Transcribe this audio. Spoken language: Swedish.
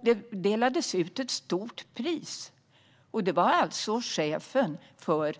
Där delades det ut ett stort pris till chefen för